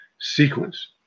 sequence